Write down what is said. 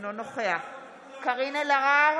אינו נוכח קארין אלהרר,